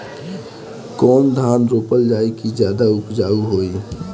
कौन धान रोपल जाई कि ज्यादा उपजाव होई?